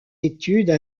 études